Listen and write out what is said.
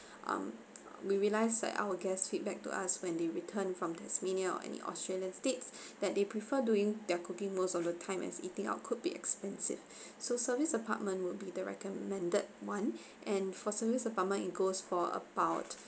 um we realize that our guests feedback to us when they return from tasmania or any australian states that they prefer doing their cooking most of the time as eating out could be expensive so service apartment would be the recommended one and for service apartment it goes for about